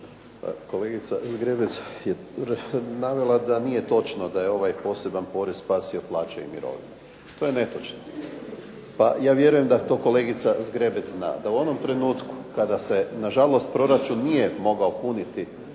kolegica Zgrebec je navela da nije točno da je ovaj poseban porez spasio plaće i mirovine. To je netočno. Pa ja vjerujem da to kolegica Zgrebec zna da u onom trenutku kada se nažalost proračun nije mogao puniti